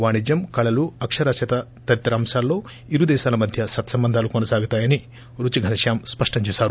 వాణిజ్యం కళలు అక్షరాస్యత తదితర అంశాల్లో ఇరు దేశాల మధ్య సత్సంబంధాలు కొనసాగుతాయని రుచి ఘనశ్యాం స్పష్టం చేసారు